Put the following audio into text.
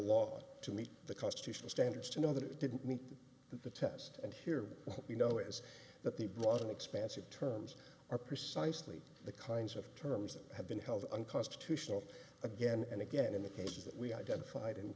law to meet the constitutional standards to know that it didn't meet the test and here you know is that they brought an expansive terms are precisely the kinds of terms that have been held unconstitutional again and again in the cases that we identified and